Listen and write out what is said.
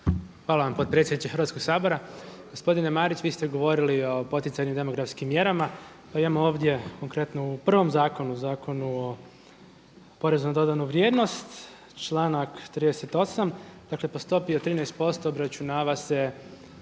Hvala vam potpredsjedniče Hrvatskoga sabora. Gospodine Marić, vi ste govorili o poticanju demografskim mjerama, pa imamo ovdje, konkretno u prvom zakonu, Zakonu o porezu na dodanu vrijednost, članak 38. Dakle po stopi od 13% obračunava se